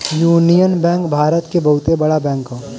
union Bank Bharat क बहुते बड़ा बैंक हौ